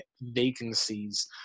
vacancies